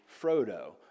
Frodo